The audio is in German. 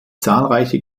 zahlreiche